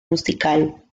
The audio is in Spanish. musical